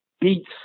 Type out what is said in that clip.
beats